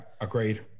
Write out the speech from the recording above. agreed